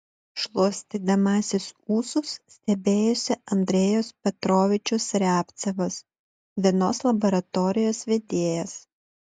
šluostydamasis ūsus stebėjosi andrejus petrovičius riabcevas vienos laboratorijos vedėjas